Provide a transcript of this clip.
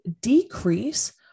decrease